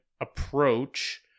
approach